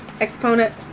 exponent